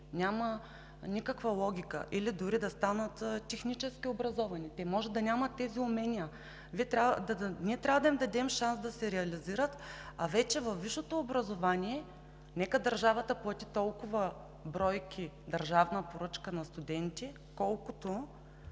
няма никаква логика – или дори да станат технически образовани. Те може да нямат тези умения, ние трябва да им дадем шанс да се реализират, а вече във висшето образование нека държавата плати толкова бройки държавна поръчка на студенти, колкото